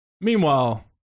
Meanwhile